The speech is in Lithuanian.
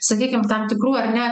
sakykim tam tikrų ar ne